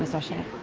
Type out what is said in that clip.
ah so ocean.